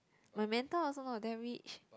my mentor also not that rich